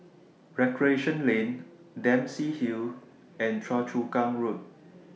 Recreation Lane Dempsey Hill and Choa Chu Kang Road